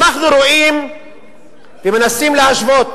אנחנו רואים ומנסים להשוות